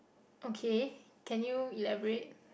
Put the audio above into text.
okay can you elaborate